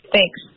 Thanks